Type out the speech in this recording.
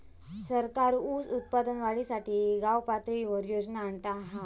सरकार ऊस उत्पादन वाढीसाठी गावपातळीवर योजना आणता हा